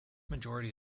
majority